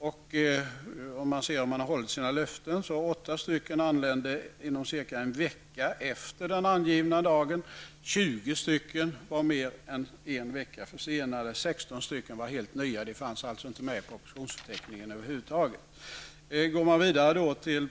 Om man ser till hur regeringen har hållit sina löften, har åtta propositioner avlämnats cirka en vecka efter den angivna dagen. 20 propositioner var mer än en vecka försenade. 16 propositioner var helt nya och fanns inte med i propositionsförteckningen över huvud taget.